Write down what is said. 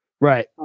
Right